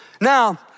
Now